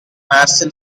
marcel